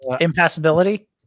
impassibility